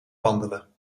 wandelen